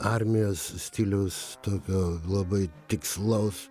armijos stiliaus tokio labai tikslaus